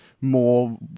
more